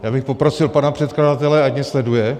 Já bych poprosil pana předkladatele, ať mě sleduje.